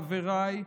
חבריי,